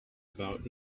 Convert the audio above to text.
about